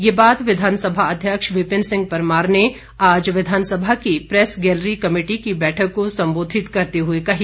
ये बात विधानसभा अध्यक्ष विपिन सिंह परमार ने आज विधानसभा की प्रैस गेलरी कमेटी की बैठक को संबोधित करते हुए कही